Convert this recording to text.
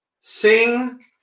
Sing